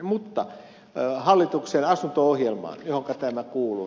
mutta hallituksen asunto ohjelmaan johonka tämä kuuluu